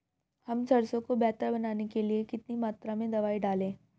हम सरसों को बेहतर बनाने के लिए कितनी मात्रा में दवाई डालें?